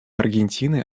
аргентины